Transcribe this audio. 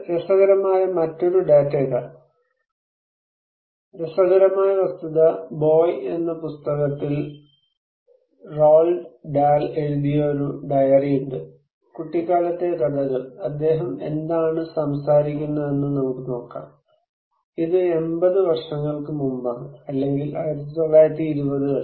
രസകരമായ മറ്റൊരു ഡാറ്റ ഇതാ രസകരമായ വസ്തുത ബോയ് എന്ന പുസ്തകത്തിൽ റോൾഡ് ഡാൽ എഴുതിയ ഒരു ഡയറി ഉണ്ട് കുട്ടിക്കാലത്തെ കഥകൾ അദ്ദേഹം എന്താണ് സംസാരിക്കുന്നതെന്ന് നമുക്ക് നോക്കാം ഇത് 80 വർഷങ്ങൾക്ക് മുമ്പാണ് അല്ലെങ്കിൽ 1920 കളിൽ